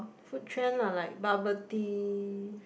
food trend lah like bubble tea